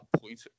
point